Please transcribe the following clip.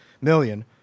million